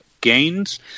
gains